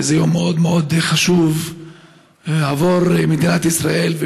זה יום מאוד מאוד חשוב עבור מדינת ישראל,